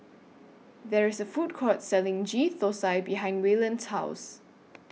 There IS A Food Court Selling Ghee Thosai behind Wayland's House